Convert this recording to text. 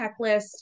checklist